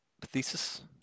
Thesis